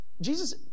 Jesus